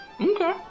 Okay